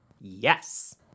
Yes